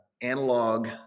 analog